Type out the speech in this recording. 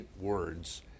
words